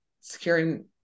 securing